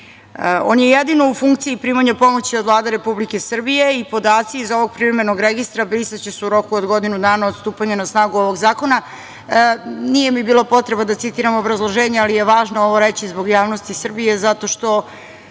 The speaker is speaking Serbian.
On je jedino u funkciji primanja pomoći od Vlade Republike Srbije i podaci iz ovog privremenog registra brisaće se u roku od godinu dana od stupanja na snagu ovog zakona. Nije mi bila potreba da citiram obrazloženje, ali je važno ovo reći zbog javnosti Srbije, zato što